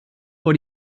vor